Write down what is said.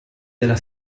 della